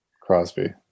Crosby